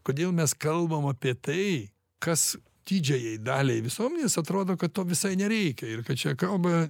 kodėl mes kalbam apie tai kas didžiajai daliai visuomenės atrodo kad to visai nereikia ir kad čia kalba